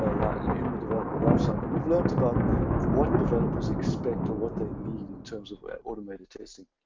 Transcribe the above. ah like in the development lifecycle. we've learned about what developers expect or what they need in terms of automated testing.